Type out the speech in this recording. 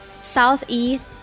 Southeast